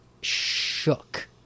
shook